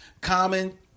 Common